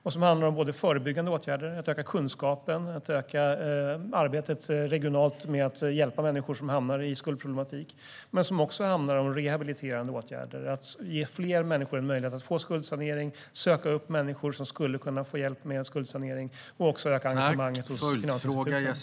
Strategin handlar om både förebyggande åtgärder, såsom att öka kunskapen och det regionala arbetet för att hjälpa människor som hamnar i skuldproblematik, och rehabiliterande åtgärder, såsom att ge fler människor en möjlighet att få skuldsanering, söka upp människor som skulle kunna få hjälp med skuldsanering och öka engagemanget hos finansinstituten.